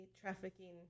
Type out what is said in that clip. trafficking